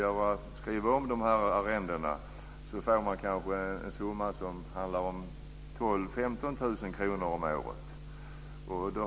Efter omförhandlingen får man kanske en arrendesumma om 12 000-15 000 kr om året.